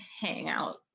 hangout